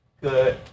Good